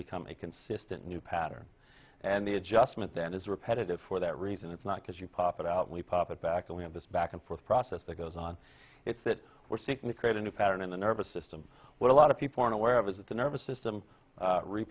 become a consistent new pattern and the adjustment then is repetitive for that reason it's not because you pop it out we pop it back and we have this back and forth process that goes on it's that we're seeking to create a new pattern in the nervous system what a lot of people are unaware of is that the nervous system